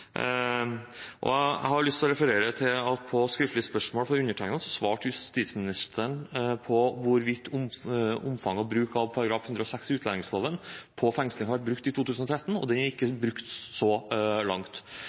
og jeg har lyst til å referere til at på skriftlig spørsmål fra undertegnede svarte justisministeren på omfanget og bruken av § 106 i utlendingsloven når det gjelder fengsling, i 2013 – og den er ikke brukt, så langt.